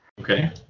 Okay